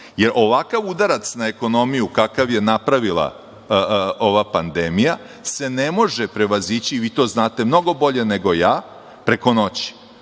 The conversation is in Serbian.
jer ovakav udarac na ekonomiju kakav je napravila ova pandemija, se ne može prevazići, vi to znate mnogo bolje nego ja, preko noći.